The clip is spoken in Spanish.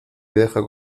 deja